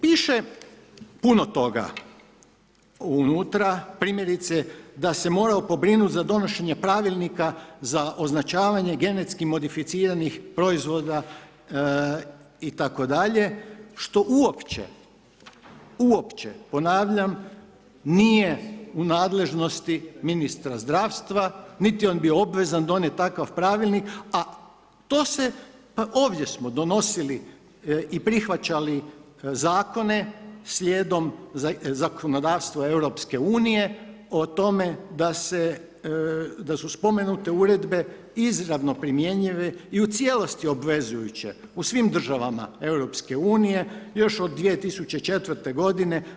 Piše puno toga unutra, primjerice da se morao pobrinuti za donošenje Pravilnika za označavanje genetski modificiranih proizvoda itd., što uopće, uopće, ponavljam nije u nadležnosti ministra zdravstva niti je on bio obvezan donijeti takav pravilnik a to se, ovdje smo donosili i prihvaćali zakone slijedom zakonodavstva EU o tome da su spomenute uredbe izravno primjenjive i u cijelosti obvezujuće u svim državama EU još od 2004. godine.